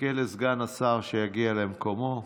נחכה לסגן השר שיגיע למקומו.